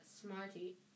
Smarty